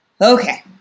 Okay